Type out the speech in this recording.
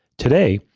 today,